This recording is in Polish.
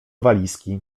walizki